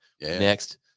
next